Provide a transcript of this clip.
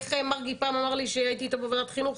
איך מרגי פעם אמר לי כשהייתי איתו בוועדת חינוך?